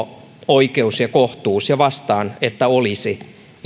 oikeus ja kohtuus ja vastaan että olisi että vähintäänkin